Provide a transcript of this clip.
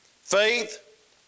Faith